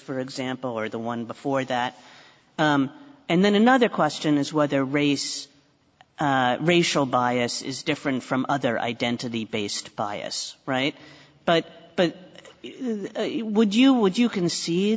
for example or the one before that and then another question is whether race racial bias is different from other identity based bias right but but would you would you c